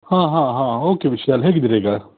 ಹಾಂ ಹಾಂ ಹಾಂ ಓಕೆ ವಿಶಾಲ್ ಹೇಗಿದ್ದೀರಿ ಈಗ